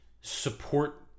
support